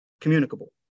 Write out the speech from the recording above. communicable